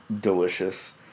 delicious